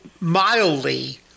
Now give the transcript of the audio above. mildly